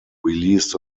released